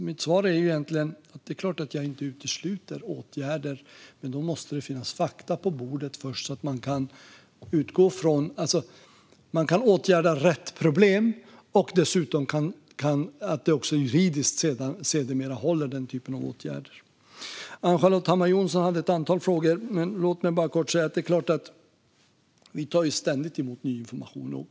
Mitt svar är egentligen att jag självklart inte utesluter åtgärder men att det först måste finnas fakta på bordet att utgå ifrån. Det handlar om att kunna åtgärda rätt problem och om att den typen av åtgärder sedermera ska hålla även juridiskt. Ann-Charlotte Hammar Johnsson hade ett antal frågor, men låt mig bara kort säga att det är klart att vi ständigt tar emot ny information.